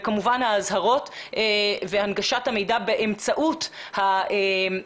וכמובן האזהרות והנגשת המידע ואגב,